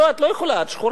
לא, את לא יכולה, את שחורה.